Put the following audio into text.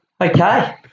Okay